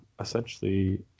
essentially